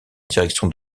direction